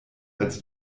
als